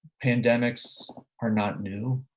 pandemics are not new.